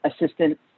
assistant